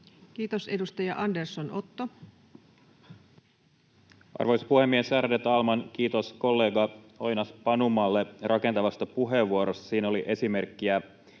Time: 15:40 Content: Arvoisa puhemies, ärade talman! Kiitos kollega Oinas-Panumalle rakentavasta puheenvuorosta. Siinä oli esimerkkiä